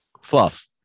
fluff